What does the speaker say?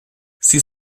sie